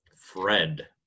Fred